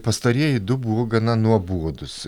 pastarieji du buvo gana nuobodūs